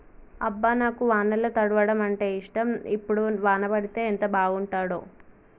అబ్బ నాకు వానల తడవడం అంటేఇష్టం ఇప్పుడు వాన పడితే ఎంత బాగుంటాడో